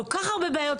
כל כך הרבה בעיות.